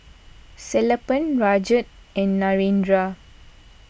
Sellapan Rajat and Narendra